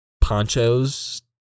ponchos